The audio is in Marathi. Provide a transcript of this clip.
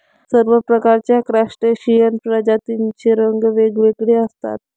सर्व प्रकारच्या क्रस्टेशियन प्रजातींचे रंग वेगवेगळे असतात